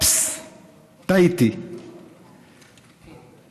תסביר את הקיצורים.